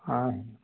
हाँ